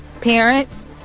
parents